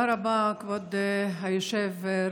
תודה רבה, כבוד היושב-ראש.